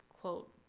quote